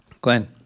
Glenn